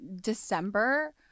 December